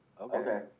Okay